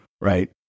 Right